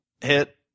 hit